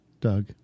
Doug